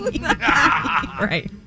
Right